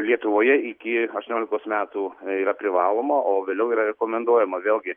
lietuvoje iki aštuoniolikos metų yra privaloma o vėliau yra rekomenduojama vėl gi